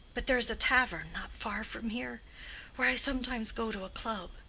but there is a tavern not far from here where i sometimes go to a club.